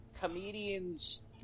comedians